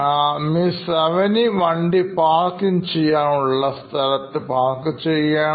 Mrs Avni വണ്ടി parking ചെയ്യാൻ ഉള്ള സ്ഥലത്ത് പാർക്ക് ചെയ്യുകയാണ്